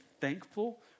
thankful